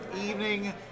evening